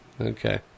Okay